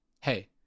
hey